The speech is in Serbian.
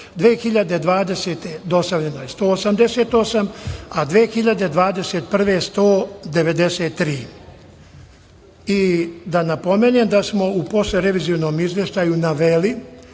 2020. dostavljeno je 188, a 2021. godine 193.Da napomenem da smo u poslerevizionom izveštaju naveli